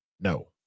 no